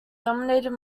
dominated